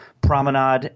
promenade